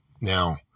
Now